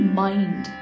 mind